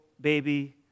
baby